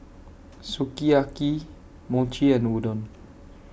Sukiyaki Mochi and Udon